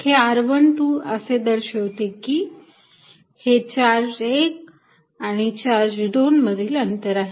हे r12 असे दर्शवते की हे चार्ज 1 आणि चार्ज 2 मधील अंतर आहे